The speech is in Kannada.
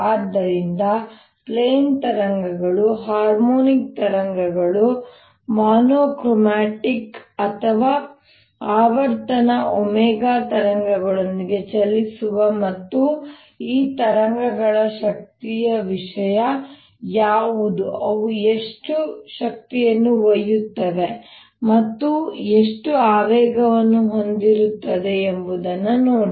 ಆದ್ದರಿಂದ ಪ್ಲೇನ್ ತರಂಗಗಳು ಹಾರ್ಮೋನಿಕ್ ತರಂಗಗಳು ಮೊನೊ ಕ್ರೊಮ್ಯಾಟಿಕ್ ಅಥವಾ ಆವರ್ತನ ω ತರಂಗಗಳೊಂದಿಗೆ ಚಲಿಸುವ ಮತ್ತು ಈ ತರಂಗಗಳ ಶಕ್ತಿಯ ವಿಷಯ ಯಾವುದು ಅವು ಎಷ್ಟು ಶಕ್ತಿಯನ್ನು ಒಯ್ಯುತ್ತವೆ ಮತ್ತು ಎಷ್ಟು ಆವೇಗವನ್ನು ಹೊಂದಿರುತ್ತವೆ ಎಂಬುದನ್ನು ನೋಡಿ